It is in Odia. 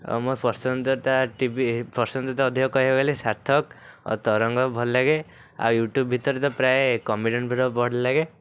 ଆଉ ମୋ ପସନ୍ଦଟା ଟିଭି ପସନ୍ଦ ତ ଅଧିକା କହିଆକୁ ଗଲେ ସାର୍ଥକ ଆଉ ତରଙ୍ଗ ଭଲଲାଗେ ଆଉ ୟୁଟ୍ୟୁବ୍ ଭିତରେ ତ ପ୍ରାୟ କମେଡ଼ିଆନ୍ ଭିଡ଼ିଓ ଭଲଲାଗେ